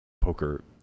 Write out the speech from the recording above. poker